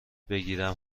بگیرم